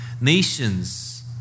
Nations